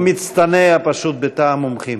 הוא מצטנע פשוט, בתא המומחים.